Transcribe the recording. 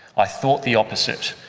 i thought the opposite.